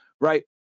right